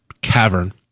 cavern